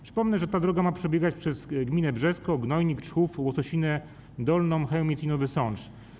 Przypomnę, że ta droga ma przebiegać przez gminy: Brzesko, Gnojnik, Czchów, Łososina Dolna, Chełmiec i Nowy Sącz.